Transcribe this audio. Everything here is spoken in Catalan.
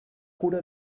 cura